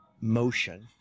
motion